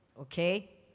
Okay